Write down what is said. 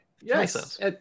Yes